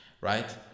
Right